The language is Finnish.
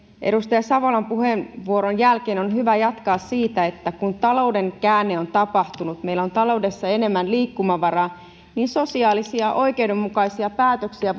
edustaja savolan puheenvuoron jälkeen on hyvä jatkaa siitä että kun talouden käänne on tapahtunut meillä on taloudessa enemmän liikkumavaraa niin voimme tehdä lisää sosiaalisia oikeudenmukaisia päätöksiä